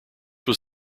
was